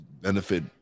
benefit